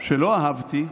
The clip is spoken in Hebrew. שלא אהבתי,